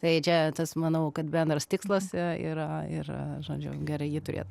tai čia tas manau kad bendras tikslas yra yra žodžiu gerai jį turėt